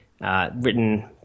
written